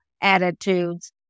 attitudes